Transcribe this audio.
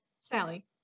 Sally